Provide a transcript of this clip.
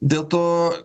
dėl to